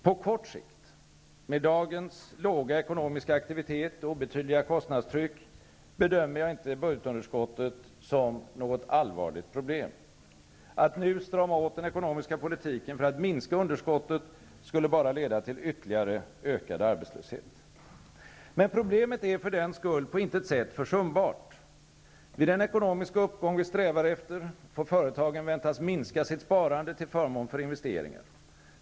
På kort sikt -- med dagens låga ekonomiska aktivitet och obetydliga kostnadstryck -- bedömer jag inte budgetunderskottet som något allvarligt problem. Att nu strama åt den ekonomiska politiken för att minska underskottet skulle bara leda till ytterligare ökad arbetslöshet. Men problemet är för den skull på intet sätt försumbart. Vid den ekonomiska uppgång vi strävar efter får företagen väntas minska sitt sparande till förmån för investeringar.